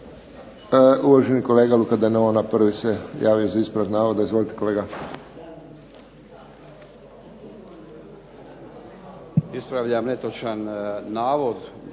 Uvaženi kolega Luka Denona, prvi se javio za ispravak navoda. Izvolite kolega. **Denona,